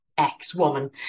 ex-woman